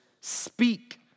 speak